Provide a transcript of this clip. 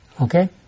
Okay